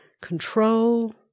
control